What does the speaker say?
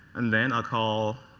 and then i'll call